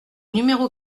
numéro